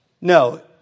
No